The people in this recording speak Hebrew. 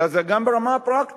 אלא זה גם ברמה הפרקטית.